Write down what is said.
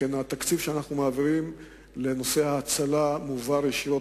שכן התקציב שאנחנו מעבירים לנושא ההצלה מועבר ישירות